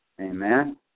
Amen